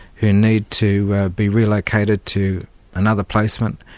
who need to be relocated to another placement,